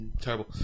terrible